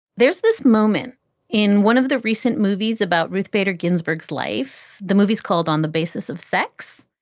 there's this moment in one of the recent movies about ruth bader ginsburg's life. the movie is called on the basis of sex.